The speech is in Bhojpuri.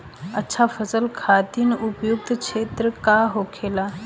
अच्छा फसल खातिर उपयुक्त क्षेत्र का होखे?